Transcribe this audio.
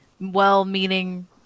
well-meaning